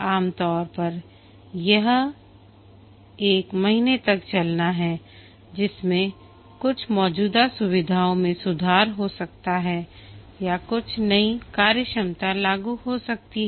आमतौर पर यह एक महीने का चलना है जिसमें कुछ मौजूदा सुविधाओं में सुधार हो सकता है या कुछ नई कार्यक्षमता लागू हो सकती है